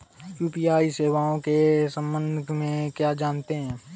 UPI सेवाओं के संबंध में क्या जानते हैं?